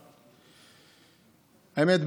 האמת,